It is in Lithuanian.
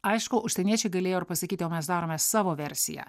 aišku užsieniečiai galėjo ir pasakyti o mes darome savo versiją